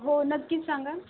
हो नक्कीच सांगा